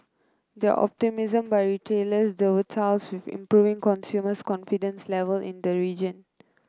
the optimism by retailers dovetails with improving consumer confidence level in the region